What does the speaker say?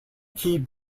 key